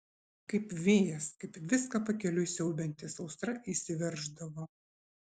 kaip vėjas kaip viską pakeliui siaubianti sausra įsiverždavo